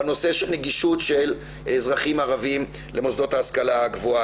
בנושא של נגישות של אזרחים ערביים למוסדות ההשכלה הגבוהה.